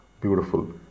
beautiful